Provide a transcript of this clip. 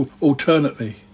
alternately